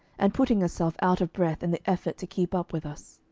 and putting herself out of breath in the effort to keep up with us.